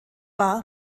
war